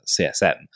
CSM